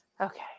Okay